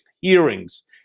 hearings